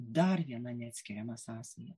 dar viena neatskiriama sąsaja